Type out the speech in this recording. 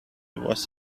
was